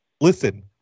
Listen